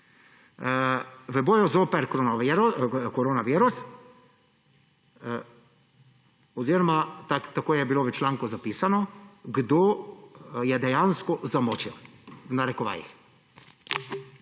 v boju zoper koronavirus – oziroma tako je bilo v članku zapisano Kdo je dejansko zamočil, v narekovajih.